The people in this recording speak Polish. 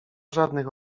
żadnych